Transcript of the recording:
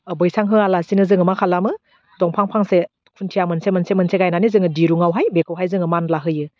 ओह बैसां होयालासिनो जोङो मा खालामो दंफां फांसे खुन्थिया मोनसे मोनसे मोनसे गायनानै जोङो दिरुंआवहाय बेखौहाय जोङो मानलाहोयो